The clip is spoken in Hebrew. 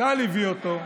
צה"ל הביא אותו,